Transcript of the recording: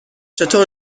چطور